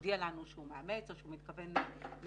הודיע לנו שהוא מאמץ או שהוא מתכוון לבצע,